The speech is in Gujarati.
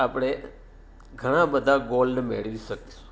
આપણે ઘણાબધા ગોલ્ડ મેળવી શકીશું